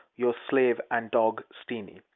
your slave and dog steeny.